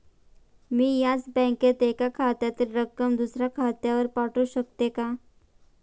मी याच बँकेत एका खात्यातील रक्कम दुसऱ्या खात्यावर पाठवू शकते का?